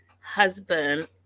Husband